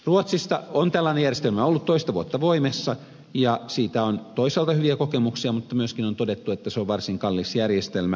ruotsissa on tällainen järjestelmä ollut toista vuotta voimassa ja siitä on toisaalta hyviä kokemuksia mutta myöskin on todettu että se on varsin kallis järjestelmä